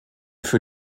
für